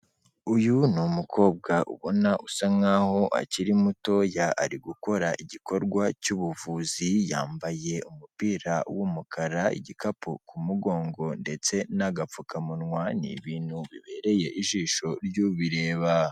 Uyu ni umukobwa ubona usa nkaho akiri mutoya, ari gukora igikorwa cy'ubuvuzi, yambaye umupira w'umukara, igikapu ku mugongo, ndetse n'agapfukamunwa, ni ibintu bibereye ijisho ry'ubireba.